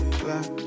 black